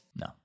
No